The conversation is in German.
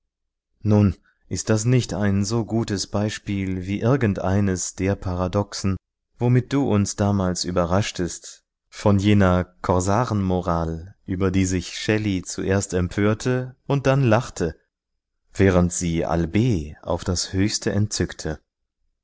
nun ist das nicht ein so gutes beispiel wie irgendeines der paradoxen womit du uns damals überraschtest von jener corsaren moral über die sich shelley zuerst empörte und dann lachte während sie albalb spitzname lord byrons im shelleyschen kreise auf das höchste entzückte